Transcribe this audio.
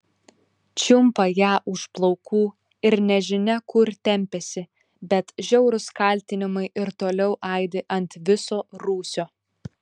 čiumpa ją už plaukų ir nežinia kur tempiasi bet žiaurūs kaltinimai ir toliau aidi ant viso rūsio